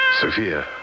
Sophia